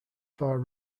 far